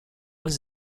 was